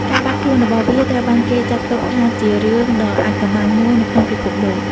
ការបាត់ខ្លួនរបស់វាត្រូវបានគេចាត់ទុកថាជារឿងដ៏អាថ៌កំបាំងមួយនៅក្នុងពិភពលោក។